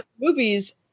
movies